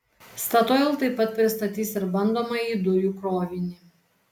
statoil taip pat pristatys ir bandomąjį dujų krovinį